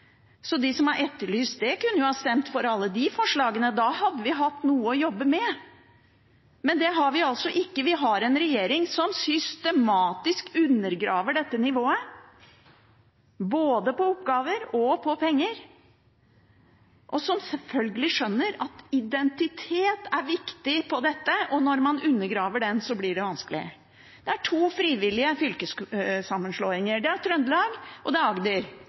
Så de som har etterlyst det, kunne ha stemt for alle de forslagene, da hadde vi hatt noe å jobbe med. Men det har de altså ikke. Vi har en regjering som systematisk undergraver dette nivået både når det gjelder oppgaver og når det gjelder penger, og som selvfølgelig skjønner at identitet er viktig. Når man undergraver den, blir det vanskelig. Det er to frivillige fylkessammenslåinger, det er Trøndelag og Agder. Vi har stemt for dem begge, og vi skjønner at det